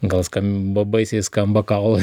gal skamba baisiai skamba kaulas